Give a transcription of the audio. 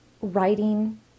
writing